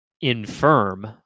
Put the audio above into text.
infirm